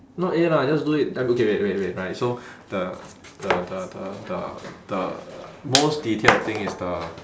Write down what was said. not A lah just do it wait wait right so the the the the the the most detailed thing is the